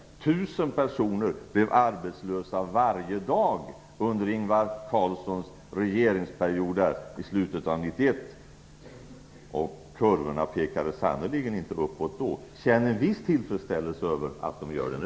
1 000 personer blev arbetslösa varje dag i slutet av Ingvar Carlssons regeringsperiod 1991. Kurvorna pekade sannerligen inte uppåt då. Känn en viss tillfredsställelse över att de gör det nu!